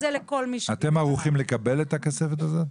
אתם ערוכים לקבל את הכספת הזו?